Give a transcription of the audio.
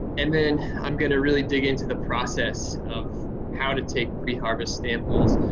and then i'm gonna really dig into the process of how to take pre-harvest samples,